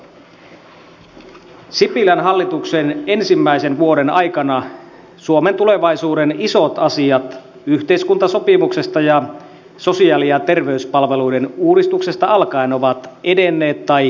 sipilän hallituksen ensimmäisen vuoden aikana suomen tulevaisuuden isot asiat yhteiskuntasopimuksesta ja sosiaali ja terveyspalveluiden uudistuksesta alkaen ovat edenneet tai etenemässä